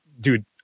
dude